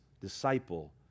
disciple